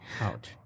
Ouch